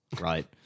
right